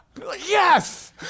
Yes